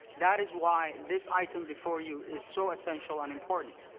that is why this item before you is so essential and important.